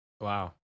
Wow